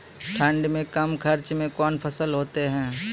ठंड मे कम खर्च मे कौन फसल होते हैं?